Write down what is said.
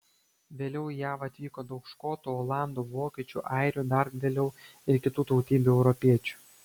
vėliau į jav atvyko daug škotų olandų vokiečių airių dar vėliau ir kitų tautybių europiečių